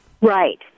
Right